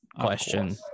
question